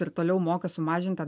ir toliau moka sumažintą